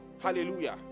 hallelujah